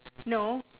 no